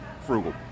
frugal